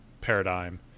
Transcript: paradigm